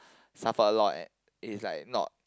suffer a lot and he's like not